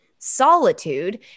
solitude